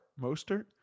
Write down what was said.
Mostert